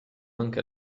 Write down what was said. anche